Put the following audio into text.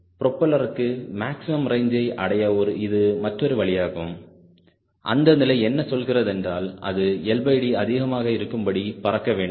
ப்ரொபலருக்கு maximum ரேஞ்சியை அடைய இது மற்றொரு வழியாகும் அந்த நிலை என்ன சொல்கிறார் என்றால் அது LD அதிகமாக இருக்கும்படி பறக்க வேண்டும்